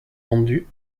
rendu